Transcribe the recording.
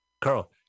Carl